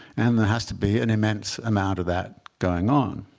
and there has to be an immense amount of that going on.